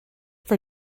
for